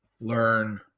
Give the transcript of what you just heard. learn